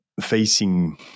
facing